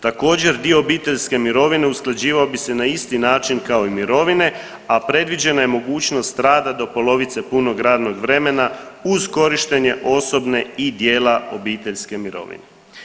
Također dio obiteljske mirovine usklađivao bi se na isti način kao i mirovine, a predviđena je mogućnost rada do polovice punog radnog vremena uz korištenje osobne i dijela obiteljske mirovine.